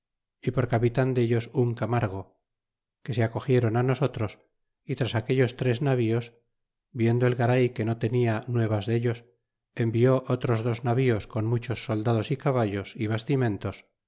y por capitan dellos un camargo que se acogieron nosotros y tras aquellos tres navíos viendo el garay que no tenia nuevas dellos envió otros dos navíos con muchos soldados y caballos y bastimentos